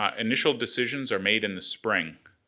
um initial decisions are made in the spring.